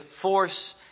force